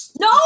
No